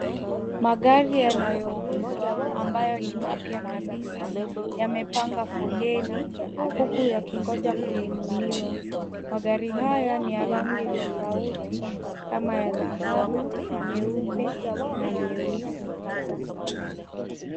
Magari yanayouzwa ambayo ni mapya kabisa yamepanga foleni huku yakigonja kununuliwa. Magari haya ni ya rangi tofauti kama ya dhahabu, nyeupe na nyeusi.